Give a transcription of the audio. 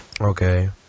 Okay